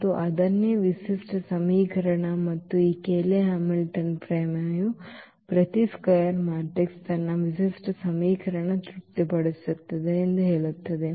ಮತ್ತು ಅದನ್ನೇ ವಿಶಿಷ್ಟ ಸಮೀಕರಣ ಮತ್ತು ಈ ಕೇಲೆ ಹ್ಯಾಮಿಲ್ಟನ್ ಪ್ರಮೇಯವು ಪ್ರತಿ ಚದರ ಮ್ಯಾಟ್ರಿಕ್ಸ್ ತನ್ನ ವಿಶಿಷ್ಟ ಸಮೀಕರಣವನ್ನು ತೃಪ್ತಿಪಡಿಸುತ್ತದೆ ಎಂದು ಹೇಳುತ್ತದೆ